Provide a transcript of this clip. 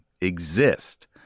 exist